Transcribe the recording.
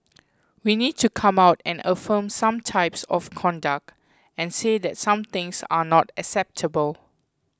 we need to come out and affirm some types of conduct and say that some things are not acceptable